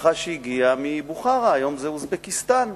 משפחה שהגיעה מבוכרה, היום זה אוזבקיסטן,